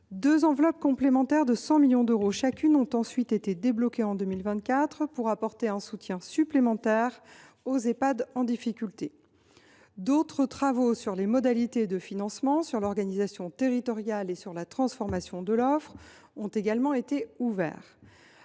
Deux enveloppes complémentaires de 100 millions d’euros chacune ont ensuite été débloquées en 2024 pour apporter un soutien supplémentaire aux Ehpad en difficulté. D’autres travaux sur les modalités de financement, l’organisation territoriale ou encore la transformation de l’offre ont également été ouverts.